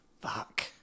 Fuck